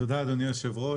תודה, אדוני היושב-ראש.